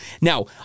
Now